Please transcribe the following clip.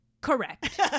Correct